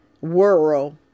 world